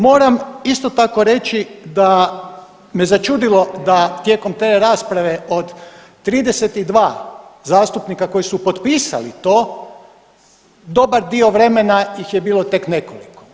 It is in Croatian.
Moram isto tako reći da me začudilo da tijekom te rasprave od 32 zastupnika koji su potpisali to dobar dio vremena ih je bilo tek nekoliko.